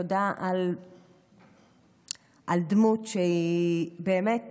תודה על כך שאתה דמות שהיא באמת